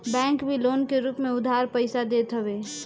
bank भी loan के रूप में उधार पईसा देत हवे